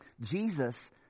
Jesus